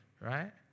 right